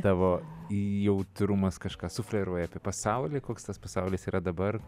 tavo jautrumas kažką sufleruoja apie pasaulį koks tas pasaulis yra dabar